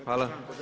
Hvala.